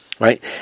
Right